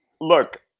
Look